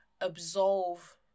absolve